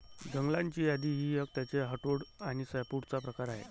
जंगलाची यादी ही त्याचे हर्टवुड आणि सॅपवुडचा प्रकार आहे